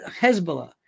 Hezbollah